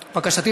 בקשתי,